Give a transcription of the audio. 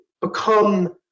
become